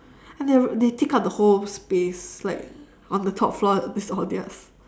and they have they take up the whole space like on the top floor it's all theirs